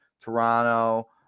Toronto